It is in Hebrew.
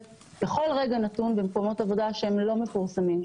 בכל רגע נתון במקומות עבודה לא מפורסמים,